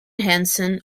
hansen